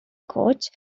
coach